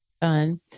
Fun